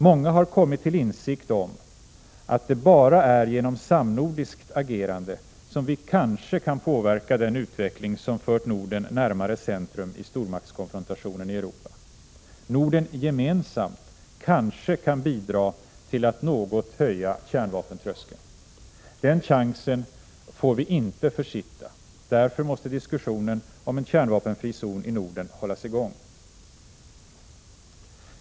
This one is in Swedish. Många har kommit till insikt om, att det bara är genom samnordiskt agerande som vi kanske kan påverka den utveckling som fört Norden närmare centrum i stormaktskonfrontationen i Europa. Norden gemensamt kanske kan bidra till att något höja kärnvapentröskeln. Den chansen får vi inte försitta. Därför måste diskussionen om en kärnvapenfri zon i Norden hållas i gång.